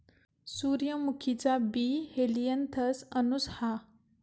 सूर्यमुखीचा बी Helianthus annuus हा